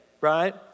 right